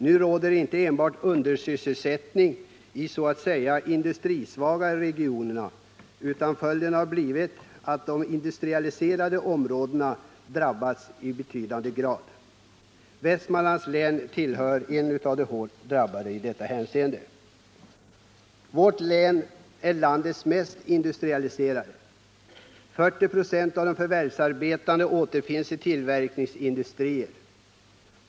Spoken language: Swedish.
Nu råder det undersysselsättning inte enbart i de så att säga industrisvaga regionerna, utan följden har blivit att de industrialiserade områdena drabbas i betydande grad. Västmanlands län tillhör de hårdast drabbade. Vårt län är landets mest industrialiserade. 40 96 av de förvärvsarbetande återfinns i tillverkningsindustrier.